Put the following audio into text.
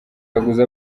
yaguze